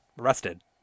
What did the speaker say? Arrested